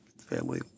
family